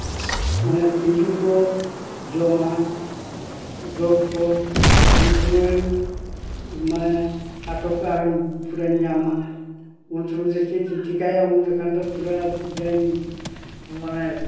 ᱢᱟᱱᱮ ᱛᱤᱡᱩ ᱠᱚ ᱡᱚᱢᱟ ᱰᱚᱜᱽ ᱠᱚ ᱩᱱ ᱥᱚᱢᱚᱭ ᱢᱟᱱᱮ ᱟᱛᱳ ᱠᱚᱨᱮ ᱧᱟᱢᱟ ᱩᱱ ᱥᱚᱢᱚᱭ ᱫᱮ ᱪᱮᱫ ᱤᱧ ᱪᱮᱠᱟᱭᱟ ᱩᱱ ᱥᱚᱢᱚᱭ ᱫᱚ ᱯᱩᱨᱟᱹ ᱡᱟᱧ ᱢᱟᱱᱮ